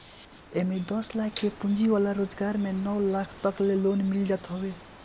एमे दस लाख के पूंजी वाला रोजगार में नौ लाख तकले लोन मिल जात हवे